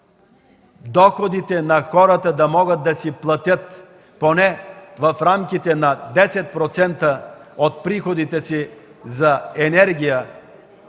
доходите на хората, за да могат да си платят поне в рамките на 10% от приходите си за енергия,